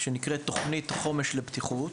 שנקראת "תוכנית חומש לבטיחות".